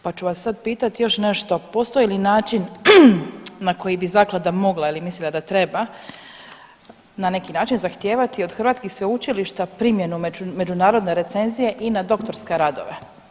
Pa ću vas sad pitati još nešto postoji li način na koji bi zaklada mogla ili mislite da treba na neki način zahtijevati od hrvatskih sveučilišta primjenu međunarodne recenzije i na doktorske radove.